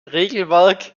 regelwerk